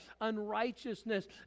unrighteousness